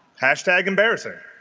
hashtag embarrassing